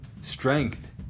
strength